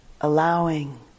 allowing